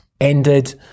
ended